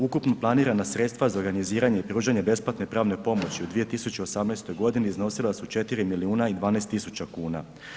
Ukupno planirana sredstva za organiziranje i pružanje besplatne pravne pomoći u 2018. iznosila su 4 milijuna i 12 tisuća kuna.